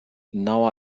now